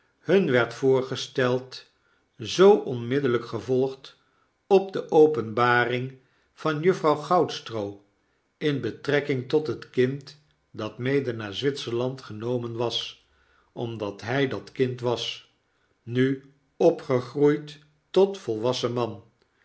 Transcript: hun werd voorgesteld zoo onmiddellijk gevolgd op de openbaring van juffrouw goudstroo in betrekking tot het kind dat mede naar zwitserlandgenomen was omdat hy dat kind was nuopgegroeid tot volwassen man